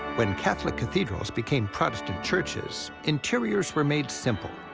when catholic cathedrals became protestant churches, interiors were made simple,